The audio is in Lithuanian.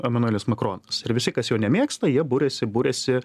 emanuelis makronas ir visi kas jo nemėgsta jie buriasi buriasi